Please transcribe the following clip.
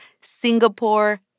Singapore